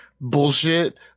bullshit